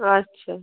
আচ্ছা